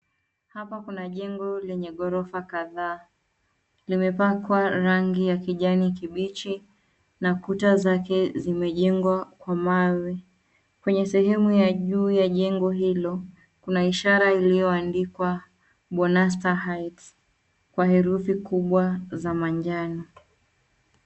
Hapa kuna jengo lenye ghorofa kadhaa. Limepakwa rangi ya kijani kibichi, na kuta zake zimejengwa kwa mawe. Kwenye sehemu ya juu ya jengo hilo , kuna ishara iliyoandikwa, Bonaster Heights , kwa herufi kubwa za manjano.